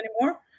anymore